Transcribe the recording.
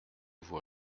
vous